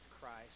Christ